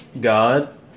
God